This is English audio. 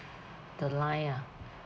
the line ah